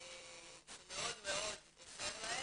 שמאוד מאוד עוזר להם.